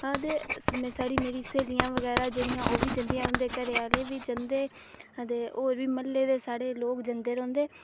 अदे साढ़ी मेरी स्हेलिया बगैरा जेह्ड़ियां ओह् बी जंदियां उंदे घरैआह्लें बी जंदे अदे होर बी म्हल्ले दे साढ़े लोक जंदे